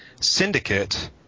Syndicate